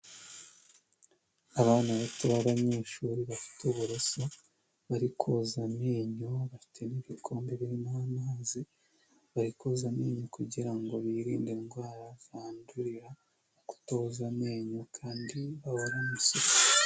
Abana bato b'abanyeshuri bafite uburoso bari koza amenyo, bafite n'ibikombe birimo amazi bari koza amenyo kugira ngo birinde indwara zandurira mu kutoza amenyo kandi bahorane isuku.